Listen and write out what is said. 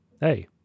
hey